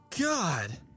god